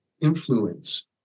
influence